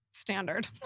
standard